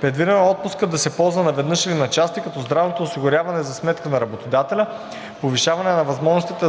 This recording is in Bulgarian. Предвидено е отпускът да се ползва наведнъж или на части, като здравното осигуряване е за сметка на работодателя, повишаване на възможностите